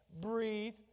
breathe